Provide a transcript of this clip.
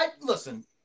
listen